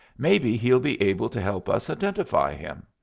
maybe he'll be able to help us identify him.